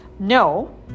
No